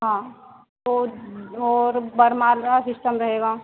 हाँ तो और वरमाला सिस्टम रहेगा